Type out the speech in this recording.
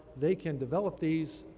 they can develop these,